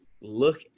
look